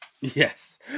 Yes